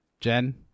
Jen